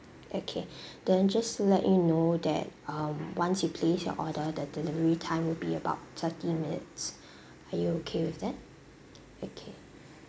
okay then just to let you know that um once you place your order the delivery time will be about thirty minutes are you okay with that okay